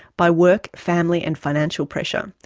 by work, family, and financial pressure.